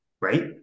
right